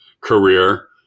career